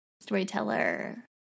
Storyteller